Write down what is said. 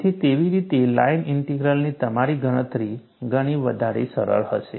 તેથી તેવી રીતે લાઇન ઇન્ટિગ્રલની તમારી ગણતરી ઘણી વધારે સરળ હશે